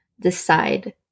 decide